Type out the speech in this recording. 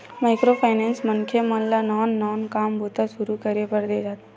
micro finance मनखे मन ल नान नान काम बूता सुरू करे बर देय जाथे